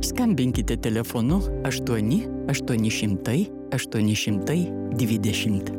skambinkite telefonu aštuoni aštuoni šimtai aštuoni šimtai dvidešimt